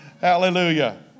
Hallelujah